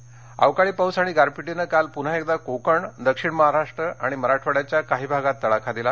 हवामान रत्नागिरी अवकाळी पाऊस आणि गारपिटीनं काल पुन्हा एकदा कोकण दक्षिण महाराष्ट्र आणि मराठवाड्याच्या काही भागात तडाखा दिला